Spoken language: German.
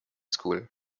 school